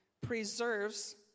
preserves